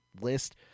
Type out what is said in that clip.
list